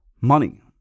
Money